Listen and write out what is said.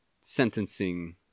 sentencing